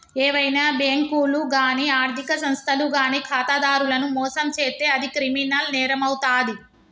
ఏవైనా బ్యేంకులు గానీ ఆర్ధిక సంస్థలు గానీ ఖాతాదారులను మోసం చేత్తే అది క్రిమినల్ నేరమవుతాది